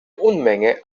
unmenge